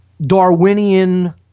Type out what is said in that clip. Darwinian